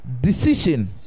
Decision